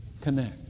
connect